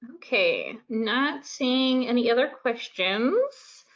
okay. not seeing any other questions,